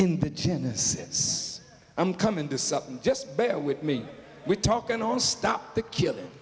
in the genesis i'm coming to something just bear with me we're talking all stop the killing